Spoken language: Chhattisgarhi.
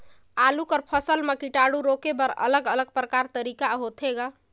आलू कर फसल म कीटाणु रोके बर अलग अलग प्रकार तरीका होथे ग?